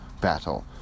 battle